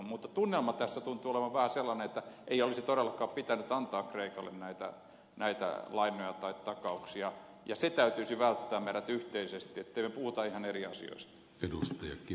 mutta tunnelma tässä tuntuu olevan vähän sellainen että ei olisi todellakaan pitänyt antaa kreikalle näitä lainoja tai takauksia ja se täytyisi meidän välttää yhteisesti ettemme puhu ihan eri asioista